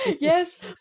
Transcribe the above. yes